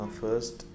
first